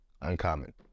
uncommon